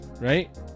right